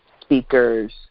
speakers